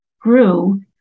grew